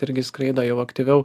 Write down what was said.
irgi skraido jau aktyviau